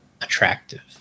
attractive